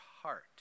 heart